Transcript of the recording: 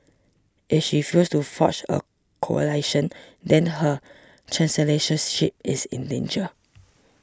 if she fails to forge a coalition then her chancellors ship is in danger